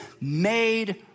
made